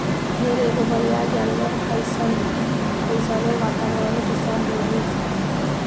भेड़ एगो बरियार जानवर हइसन इ कइसनो वातावारण के सह लेली सन